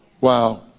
Wow